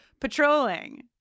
patrolling